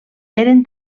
eren